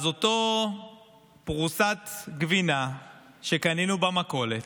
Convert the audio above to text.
אז אותה פרוסת גבינה שקנינו במכולת,